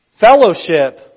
Fellowship